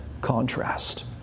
contrast